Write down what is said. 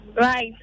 Right